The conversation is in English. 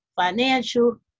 financial